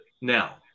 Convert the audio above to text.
Now